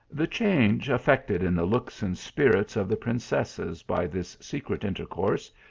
the change effected in the looks and spirits of the princesses by this secret intercourse,